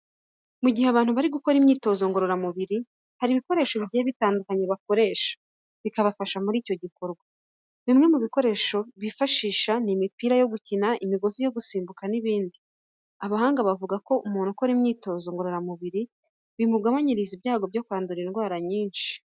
Mu gihe abantu bari gukora imyitozo ngororamubiri, hari ibikoresho bigiye bitandukanye bakoresha bikabafasha muri icyo gikorwa. Bimwe mu bikoresho bifashisha ni imipira yo gukina, imigozi yo gusimbuka n'ibindi. Abahanga bavuga ko umuntu ukora imyitozo ngororamubiri bimugabanyiriza ibyago byo kwandura indwara nyinshi.